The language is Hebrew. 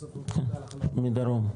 בסוף מדרום.